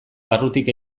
barrutik